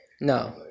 no